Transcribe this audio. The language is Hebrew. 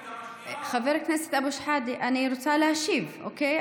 חבר הכנסת אבו שחאדה, אני רוצה להשיב, אוקיי?